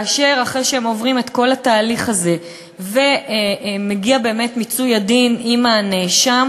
אחרי שהם עוברים את כל התהליך הזה ומגיע באמת מיצוי הדין עם הנאשם,